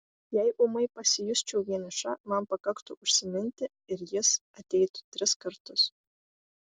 jei ūmai pasijusčiau vieniša man pakaktų užsiminti ir jis ateitų tris kartus